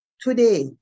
today